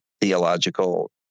theological